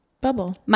bubble